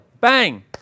Bang